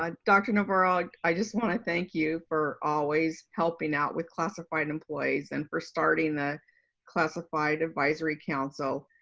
um dr. navarro, i just wanna thank you for always helping out with classified employees and for starting the classified advisory council.